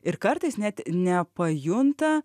ir kartais net nepajunta